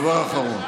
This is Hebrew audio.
האחרון,